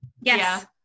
yes